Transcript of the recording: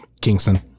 Kingston